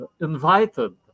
invited